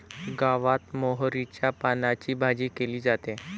गावात मोहरीच्या पानांची भाजी केली जाते